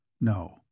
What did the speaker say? No